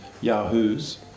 Yahoo's